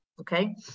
okay